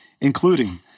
including